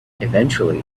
eventually